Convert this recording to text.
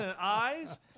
eyes